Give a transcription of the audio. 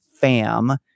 fam